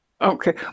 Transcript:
Okay